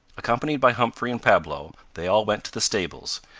accompanied by humphrey and pablo, they all went to the stables,